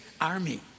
army